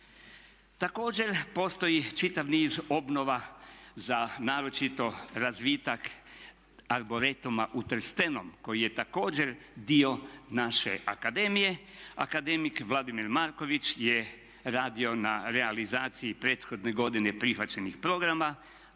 Također postoji čitav niz obnova za naročito razvitak arboretuma u Trstenom koji je također dio naše akademije. Akademik Vladimir Marković je radio na realizaciji prethodne godine prihvaćenih programa.